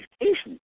education